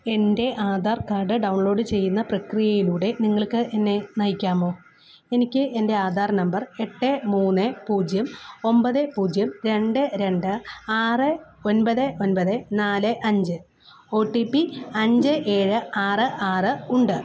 എൻ്റെ Aadhaar card download ചെയ്യുന്ന പ്രക്രിയയിലൂടെ നിങ്ങൾക്ക് എന്നെ നയിക്കാമോ എനിക്ക് എൻ്റെ ആധാർ നമ്പർ എട്ട് മൂന്ന് പൂജ്യം ഒമ്പത് പൂജ്യം രണ്ട് രണ്ട് ആറ് ഒൻപത് ഒൻപത് നാല് അഞ്ച് ഒ ടി പി അഞ്ച് ഏഴ് ആറ് ആറ് ഉണ്ട്